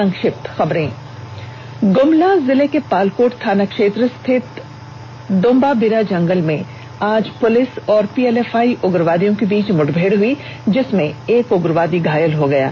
संक्षिप्त खबरें ग्मला जिले के पालकोट थानाक्षेत्र स्थित डोम्बाबिरा जंगल में आज पुलिस और पीएलएफआई उग्रवादियों के बीच मुठभेड़ हुई जिसमें एक उग्रवादी घायल हो गया है